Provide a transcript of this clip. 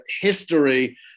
history